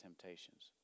temptations